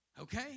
Okay